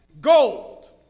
gold